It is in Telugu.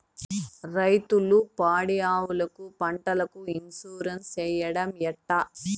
రైతులు పాడి ఆవులకు, పంటలకు, ఇన్సూరెన్సు సేయడం ఎట్లా?